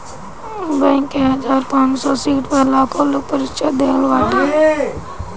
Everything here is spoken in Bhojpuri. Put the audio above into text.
बैंक के हजार पांच सौ सीट पअ लाखो लोग परीक्षा देहले बाटे